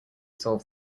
solve